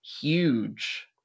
Huge